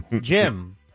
Jim